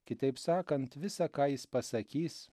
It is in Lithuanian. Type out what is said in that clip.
kitaip sakant visa ką jis pasakys